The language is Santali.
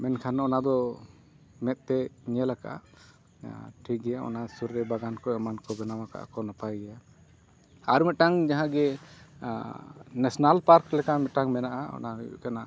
ᱢᱮᱱᱠᱷᱟᱱ ᱚᱱᱟ ᱫᱚ ᱢᱮᱫᱛᱮ ᱧᱮᱞ ᱟᱠᱟᱫ ᱟᱨ ᱴᱷᱤᱠ ᱜᱮᱭᱟ ᱚᱱᱟ ᱥᱩᱨ ᱨᱮ ᱵᱟᱜᱟᱱ ᱠᱚ ᱮᱢᱟᱱ ᱠᱚ ᱵᱮᱱᱟᱣ ᱠᱟᱜ ᱟᱠᱚ ᱱᱟᱯᱟᱭ ᱜᱮᱭᱟ ᱟᱨ ᱢᱤᱫᱴᱟᱝ ᱡᱟᱦᱟᱸ ᱜᱮ ᱱᱮᱥᱱᱮᱞ ᱯᱟᱨᱠ ᱞᱮᱠᱟ ᱢᱤᱫᱴᱟᱝ ᱢᱮᱱᱟᱜᱼᱟ ᱚᱱᱟ ᱦᱩᱭᱩᱜ ᱠᱟᱱᱟ